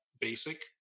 basic